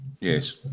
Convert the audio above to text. Yes